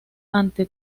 ante